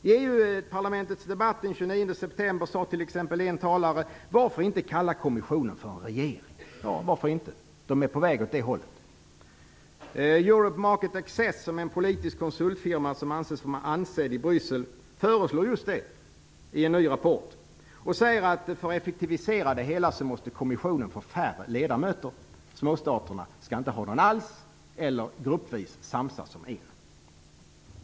I EU-parlamentets debatt den 29 september sade t.ex. en talare: Varför inte kalla kommissionen för en regering? Ja, varför inte, för man är ju på väg åt det hållet. Europe Market Access, som är en politisk konsultfirma och som ses som ansedd i Bryssel, föreslår just det i en ny rapport. Man säger där att kommissionen, för att effektivisera det hela, måste få färre ledamöter. Småstaterna skall inte ha någon alls, eller gruppvis samsas om en.